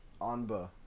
Anba